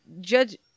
Judge